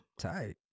Tight